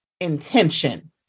intention